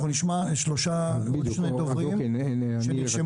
אנחנו נשמע עוד שני דוברים שנרשמו.